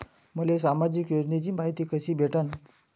मले सामाजिक योजनेची मायती कशी भेटन?